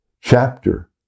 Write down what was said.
chapter